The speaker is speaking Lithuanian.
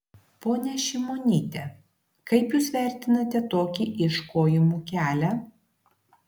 ponia šimonyte kaip jūs vertinate tokį ieškojimų kelią